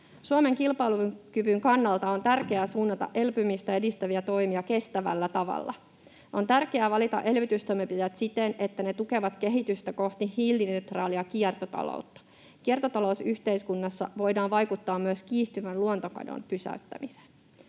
Suomen kilpailukyvyn kannalta on tärkeää suunnata elpymistä edistäviä toimia kestävällä tavalla. On tärkeää valita elvytystoimenpiteet siten, että ne tukevat kehitystä kohti hiilineutraalia kiertotaloutta. Kiertotalousyhteiskunnassa voidaan vaikuttaa myös kiihtyvän luontokadon pysäyttämiseen.